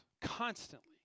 constantly